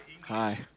Hi